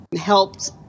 helped